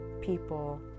people